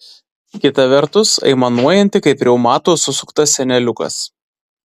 kita vertus aimanuojanti kaip reumato susuktas seneliukas